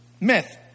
Myth